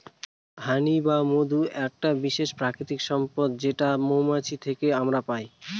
হানি বা মধু একটা বিশেষ প্রাকৃতিক সম্পদ যেটা মৌমাছি থেকে আমরা পাই